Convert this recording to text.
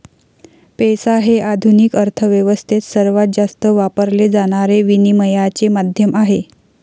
पैसा हे आधुनिक अर्थ व्यवस्थेत सर्वात जास्त वापरले जाणारे विनिमयाचे माध्यम आहे